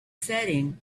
setting